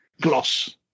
gloss